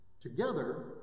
together